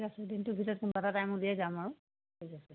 ঠিক আছে দিনটোৰ ভিতৰত কোনোবা এটা টাইম ওলিয়াই যাম আৰু